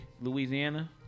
Louisiana